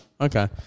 okay